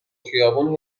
خیابون